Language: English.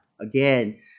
Again